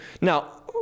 Now